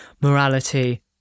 Morality